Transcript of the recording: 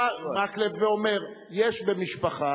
בא מקלב ואומר: יש במשפחה